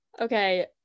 Okay